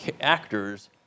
actors